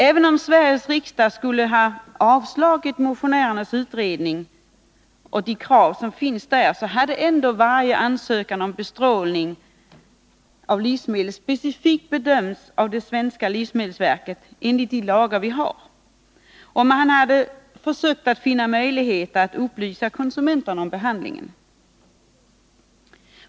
Även om Sveriges riksdag skulle ha avslagit motionärernas krav på en utredning, hade ändå varje ansökan om bestrålning av livsmedel specifikt bedömts av det svenska livsmedelsverket enligt de lagar vi har, och man hade Nr 25 försökt att finna möjligheter att upplysa konsumenterna om behandlingen.